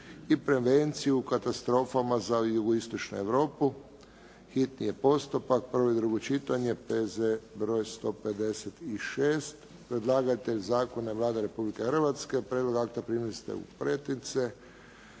i prevenciju u katastrofama za jugoistočnu Europu, hitni postupak, prvo i drugo čitanje, P.Z. br. 156 Predlagatelj zakona je Vlada Republike Hrvatske. Prijedlog akta primili ste u pretince.